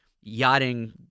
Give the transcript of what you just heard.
yachting